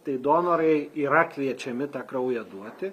tai donorai yra kviečiami tą kraują duoti